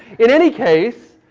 in any case,